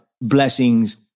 blessings